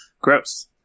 Gross